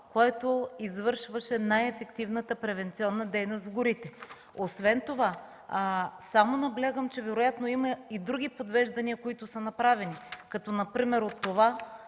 което извършваше най-ефективната превантивна дейност в горите. Освен това само наблягам, че вероятно има и други подвеждания, които са направени, като например това